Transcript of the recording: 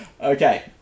Okay